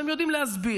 והם יודעים להסביר,